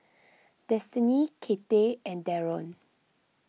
Destiney Cathy and Darryn